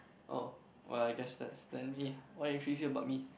oh well I guess that's then me what intrigues you about me